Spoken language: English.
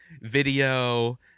video